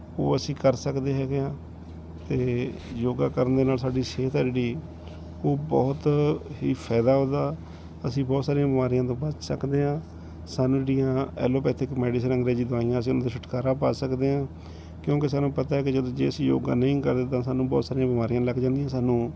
ਉਹ ਅਸੀਂ ਕਰ ਸਕਦੇ ਹੈਗੇ ਹਾਂ ਅਤੇ ਯੋਗਾ ਕਰਨ ਦੇ ਨਾਲ ਸਾਡੀ ਸਿਹਤ ਹੈ ਜਿਹੜੀ ਉਹ ਬਹੁਤ ਹੀ ਫਾਇਦਾ ਉਹਦਾ ਅਸੀਂ ਬਹੁਤ ਸਾਰੀਆਂ ਬਿਮਾਰੀਆਂ ਤੋਂ ਬਚ ਸਕਦੇ ਹਾਂ ਸਾਨੂੰ ਜਿਹੜੀਆਂ ਐਲੋਪੈਥਿਕ ਮੈਡੀਸਨ ਅੰਗਰੇਜ਼ੀ ਦਵਾਈਆਂ ਅਸੀ ਉਹਨਾਂ ਤੋਂ ਛੁਟਕਾਰਾ ਪਾ ਸਕਦੇ ਹਾਂ ਕਿਉਂਕਿ ਸਾਨੂੰ ਪਤਾ ਹੈ ਕਿ ਜਦੋਂ ਜੇ ਅਸੀਂ ਯੋਗਾ ਨਹੀਂ ਕਰਦੇ ਤਾਂ ਸਾਨੂੰ ਬਹੁਤ ਸਾਰੀਆਂ ਬਿਮਾਰੀਆਂ ਲੱਗ ਜਾਂਦੀਆਂ ਸਾਨੂੰ